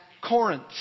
Corinth